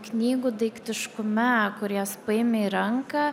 knygų daiktiškume kur jas paimi ranką